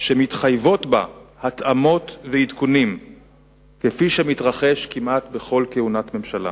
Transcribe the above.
שמתחייבות בה התאמות ועדכונים כפי שמתרחש כמעט בכל כהונת ממשלה.